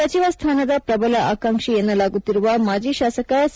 ಸಚಿವ ಸ್ದಾನದ ಪ್ರಬಲ ಆಕಾಂಕ್ಷಿ ಎನ್ನಲಾಗುತ್ತಿರುವ ಮಾಜಿ ಶಾಸಕ ಸಿ